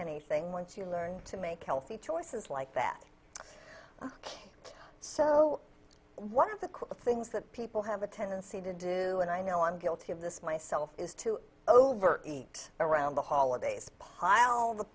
anything once you learn to make healthy choices like that so one of the things that people have a tendency to do and i know i'm guilty of this myself is to over eat around the holidays